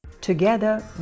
Together